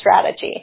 strategy